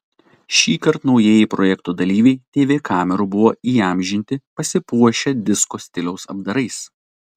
šįkart naujieji projekto dalyviai tv kamerų buvo įamžinti pasipuošę disko stiliaus apdarais